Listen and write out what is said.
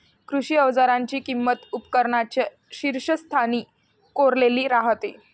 कृषी अवजारांची किंमत उपकरणांच्या शीर्षस्थानी कोरलेली राहते